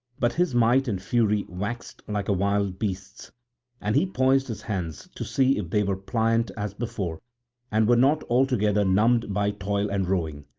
but his might and fury waxed like a wild beast's and he poised his hands to see if they were pliant as before and were not altogether numbed by toil and rowing.